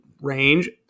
range